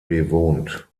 bewohnt